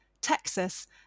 Texas